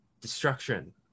Destruction